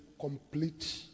complete